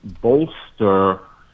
bolster